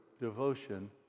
devotion